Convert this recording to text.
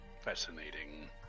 Fascinating